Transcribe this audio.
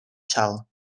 sal